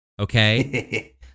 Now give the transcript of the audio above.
Okay